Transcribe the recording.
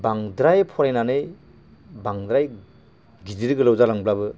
बांद्राय फरायनानै बांद्राय गिदिर गोलाव जालांब्लाबो